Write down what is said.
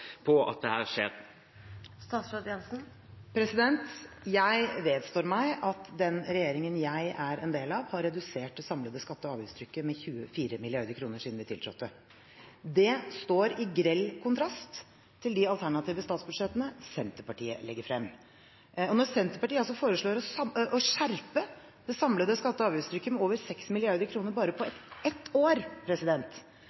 Jeg vedstår meg at den regjeringen jeg er en del av, har redusert det samlede skatte- og avgiftstrykket med 24 mrd. kr siden vi tiltrådte. Det står i grell kontrast til de alternative statsbudsjettene Senterpartiet legger frem. Når Senterpartiet foreslår å skjerpe det samlede skatte- og avgiftstrykket med over 6 mrd. kr bare på